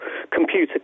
computer